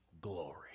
Glory